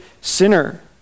sinner